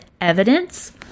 evidence